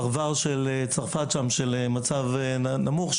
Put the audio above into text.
מהפרבר בצרפת ממצב סוציו-אקונומי נמוך,